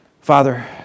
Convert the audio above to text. Father